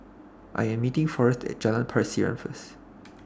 I Am meeting Forest At Jalan Pasiran First